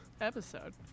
episode